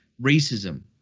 racism